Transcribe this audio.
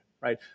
right